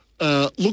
Look